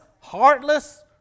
heartless